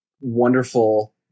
wonderful